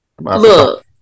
look